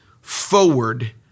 forward